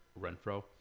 Renfro